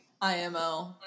IMO